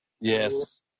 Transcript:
Yes